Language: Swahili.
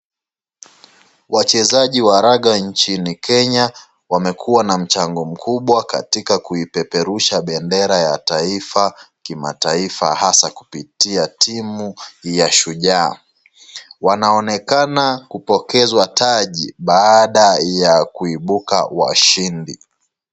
Wachezaji wa raga inchini Kenya wamekuwa na mchango mkubwa katika kuipeperusha bendera ya taifa kimataifa hasa kupitia timu ya shuja. Wanaonekana kupokezwa taji baada ya kuibuka washindi.